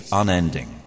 unending